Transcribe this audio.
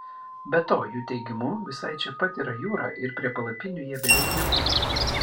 be to jų teigimu visai čia pat yra jūra ir prie palapinių jie beveik nebūna